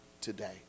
today